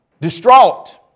Distraught